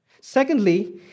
Secondly